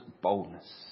boldness